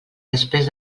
després